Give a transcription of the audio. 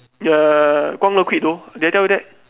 ya Guang-Lu quit though did I tell you that